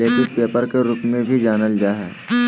लेपित पेपर के रूप में भी जानल जा हइ